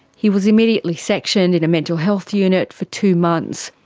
he was immediately sectioned in a mental health unit for two months.